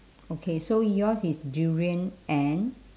okay so yours is durian and